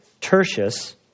Tertius